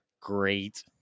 Great